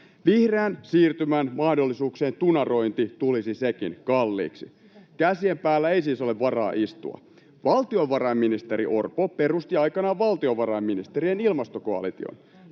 Vihreän siirtymän mahdollisuuksien tunarointi tulisi sekin kalliiksi. Käsien päällä ei siis ole varaa istua. Valtiovarainministeri Orpo perusti aikanaan valtiovarainministerien ilmastokoalition.